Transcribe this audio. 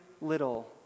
little